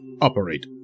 operate